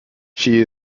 she